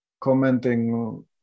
commenting